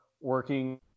working